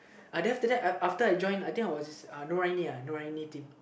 uh then after that uh after I join I think I wasuhNorainia Noraini team